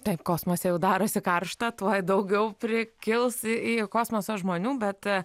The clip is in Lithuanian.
taip kosmose jau darosi karšta tuoj daugiau prikils į kosmosą žmonių bet